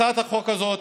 הצעת החוק הזאת